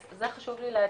אז את זה חשוב לי להדגיש,